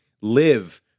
live